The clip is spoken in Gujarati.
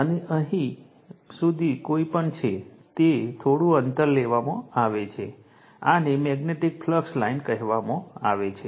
અને આ અહીંથી અહીં સુધી કોઈ પણ છે તે થોડું અંતર લેવામાં આવે છે આને મેગ્નેટિક ફ્લક્સ લાઇન કહેવામાં આવે છે